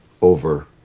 over